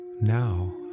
now